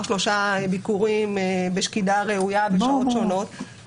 שלושה ביקורים בשקידה ראויה ובשעות שונות,